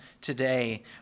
today